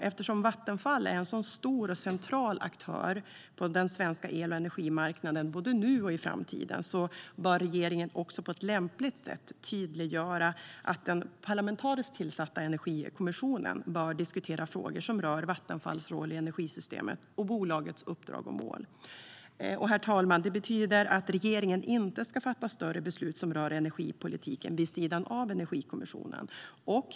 Eftersom Vattenfall är en stor och central aktör på den svenska el och energimarknaden, både nu och i framtiden, bör regeringen på ett lämpligt sätt tydliggöra att den parlamentariskt tillsatta Energikommissionen bör diskutera frågor som rör Vattenfalls roll i energisystemet och bolagets uppdrag och mål. Herr talman! Det betyder att regeringen inte ska fatta större beslut som rör energipolitiken vid sidan av Energikommissionen.